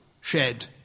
shed